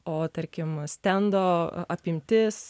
o tarkim stendo apimtis